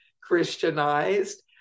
Christianized